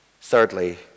Thirdly